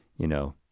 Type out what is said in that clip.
you know,